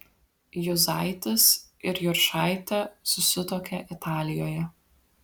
juzaitis ir juršaitė susituokė italijoje